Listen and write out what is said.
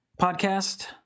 podcast